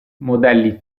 modelli